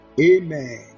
Amen